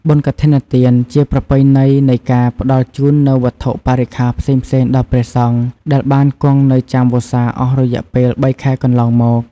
បុណ្យកឋិនទានជាប្រពៃណីនៃការផ្តល់ជូននូវវត្ថុបរិក្ចាផ្សេងៗដល់ព្រះសង្ឃដែលបានគង់នៅចាំវស្សាអស់រយៈពេលបីខែកន្លងមក។